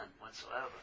whatsoever